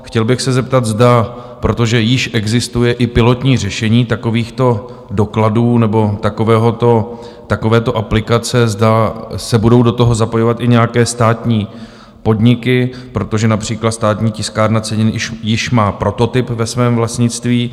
Chtěl bych se zeptat, protože již existuje pilotní řešení takovýchto dokladů nebo takovéto aplikace, zda se budou do toho zapojovat i nějaké státní podniky, protože například Státní tiskárna cenin již má prototyp ve svém vlastnictví?